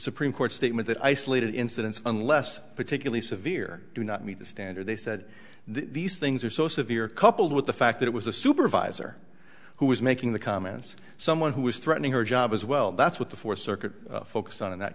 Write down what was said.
supreme court's statement that isolated incidents unless particularly severe do not meet the standard they said these things are so severe coupled with the fact that it was a supervisor who was making the comments someone who was threatening her job as well that's what the fourth circuit focus on in that